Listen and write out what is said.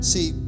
See